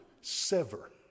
sever